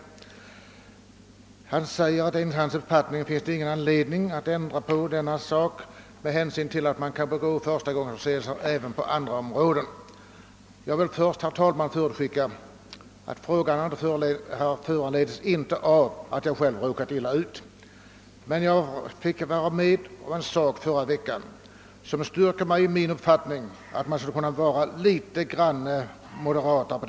Statsrådet säger i svaret att det enligt hans uppfattning inte finns någon anledning att ändra på bestämmelserna i detta avseende med hänsyn till att man kan begå förstagångsförseelser även på andra områden. Jag vill, herr talman, förutskicka att frågan inte föranletts av att jag själv råkat illa ut. Jag fick emellertid vara med om en händelse förra veckan som styrkte mig i min uppfattning att man skulle kunna vara litet mera moderat.